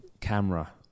camera